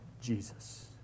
Jesus